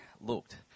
looked